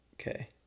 Okay